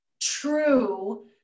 true